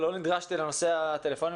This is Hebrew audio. לא נדרשתי לנושא הטלפונים.